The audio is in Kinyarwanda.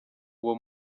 uwo